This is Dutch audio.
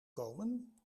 komen